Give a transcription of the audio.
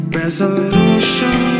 resolution